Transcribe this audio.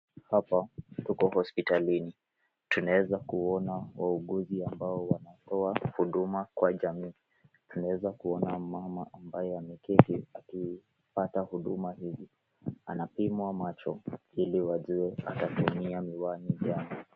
Hapa tuko hospitalini tunaweza kuona wauguzi ambao wanatoa huduma kwa jamii, tunaweza kuona mmama ambaye ameketi akipata huduma hio, anapimwa macho ili wajue atatumia miwani gani.